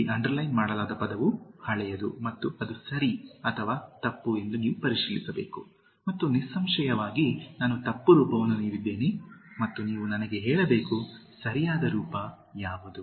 ಇಲ್ಲಿ ಅಂಡರ್ಲೈನ್ ಮಾಡಲಾದ ಪದವು ಹಳೆಯದು ಮತ್ತು ಅದು ಸರಿ ಅಥವಾ ತಪ್ಪು ಎಂದು ನೀವು ಪರಿಶೀಲಿಸಬೇಕು ಮತ್ತು ನಿಸ್ಸಂಶಯವಾಗಿ ನಾನು ತಪ್ಪು ರೂಪವನ್ನು ನೀಡಿದ್ದೇನೆ ಮತ್ತು ನೀವು ನನಗೆ ಹೇಳಬೇಕು ಸರಿಯಾದ ರೂಪ ಯಾವುದು